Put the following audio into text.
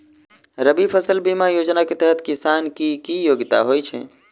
रबी फसल बीमा योजना केँ तहत किसान की योग्यता की होइ छै?